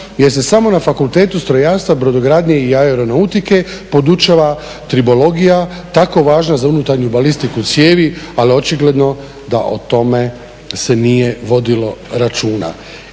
jer se samo na Fakultetu strojarstva, brodogradnje i aeronautike podučava tribologija, tako važna za unutarnju balistiku cijevi, ali očigledno da o tome se nije vodilo računa.